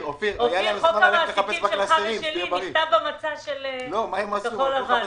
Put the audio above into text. זה בהמשך לכך שחוק המעסיקים שלך ושלי נכתב במצע של כחול לבן.